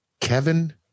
kevin